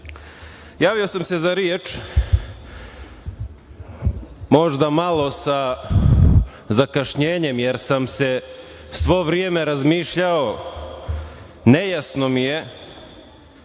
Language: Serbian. sam se za reč možda malo sa zakašnjenjem jer sam se sve vreme razmišljao, nejasno mi je